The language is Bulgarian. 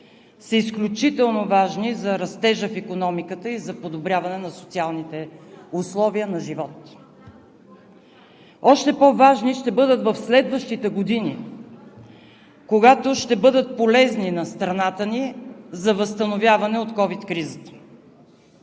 са изключително важни за растежа в икономиката и за подобряване на социалните условия на живот. Още по-важни ще бъдат в следващите години, когато ще бъдат полезни на страната ни за възстановяване от COVID кризата.